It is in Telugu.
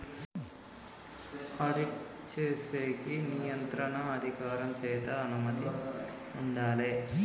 ఆడిట్ చేసేకి నియంత్రణ అధికారం చేత అనుమతి ఉండాలే